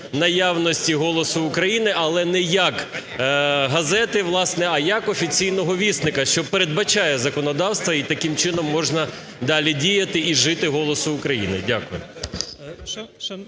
наявності "Голосу України", але не як газети, власне, а як офіційного вісника, що передбачає законодавство, і таким чином можна далі діяти і жити "Голосу України". Дякую.